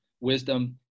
wisdom